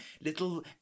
little